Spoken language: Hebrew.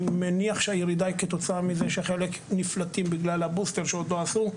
אני מניח שהירידה היא כתוצאה מזה שחלק נפלטים בגלל הבוסטר שעוד לא עשו,